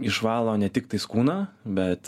išvalo ne tiktais kūną bet